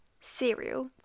cereal